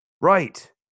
right